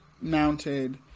mounted